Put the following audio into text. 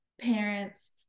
parents